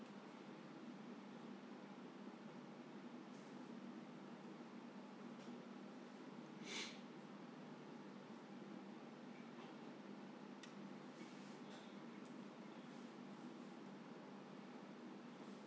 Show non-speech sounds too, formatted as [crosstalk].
[breath]